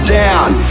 down